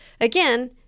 again